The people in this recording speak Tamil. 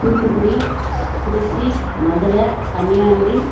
தூத்துக்குடி திருச்சி மதுரை கன்னியாகுமரி